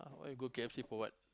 why you go K_F_C for what